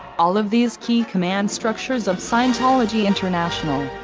all of these key command structures of scientology international,